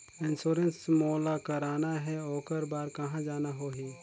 Insurance मोला कराना हे ओकर बार कहा जाना होही?